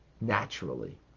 naturally